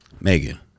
Megan